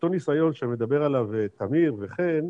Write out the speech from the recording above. אותו ניסיון שמדברים עליו תמיר וחן,